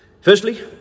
firstly